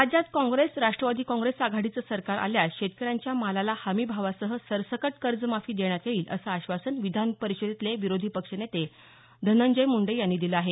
राज्यात Congress Rashtrawadi Congress आघाडीचं सरकार आल्यास शेतकऱ्यांच्या मालाला हमी भावासह सरसकट कर्जमाफी देण्यात येईल असं आश्वासन विधान परिषदेतले विरोधी पक्षनेते धनंजय मुंडे यांनी दिलं आहे